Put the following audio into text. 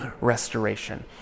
restoration